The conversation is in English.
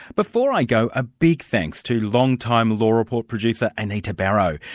before i go, a big thanks to long-time law report producer, anita barraud.